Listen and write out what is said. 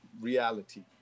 reality